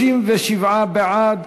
37 בעד,